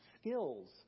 skills